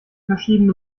verschiedene